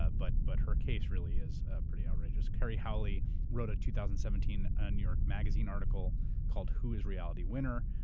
ah but but her case really is ah pretty outrageous. kerry howley wrote a two thousand and seventeen ah new york magazine article called who is reality winner?